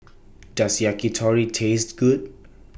Does Yakitori Taste Good